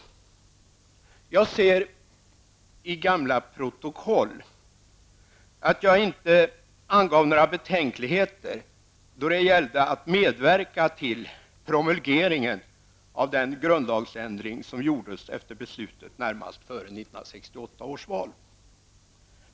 Jag ser i gamla protokoll att jag inte angav några betänkligheter då det gällde att medverka till promulgeringen av den grundlagsändring som gjordes efter beslutet närmast före 1968 års val.